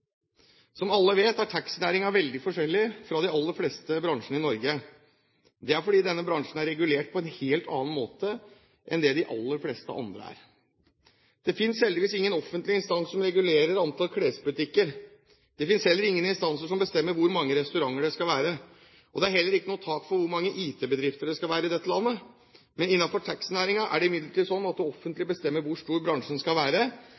Som alle vet, er taxinæringen veldig forskjellig fra de aller fleste bransjene i Norge. Det er fordi denne bransjen er regulert på en helt annen måte enn de aller fleste andre. Det finnes heldigvis ingen offentlig instans som regulerer antall klesbutikker. Det finnes heller ingen instans som bestemmer hvor mange restauranter det skal være. Og det er heller ikke noe tak for hvor mange IT-bedrifter det skal være i dette landet. Innenfor taxinæringen er det imidlertid slik at det offentlige bestemmer hvor stor bransjen skal være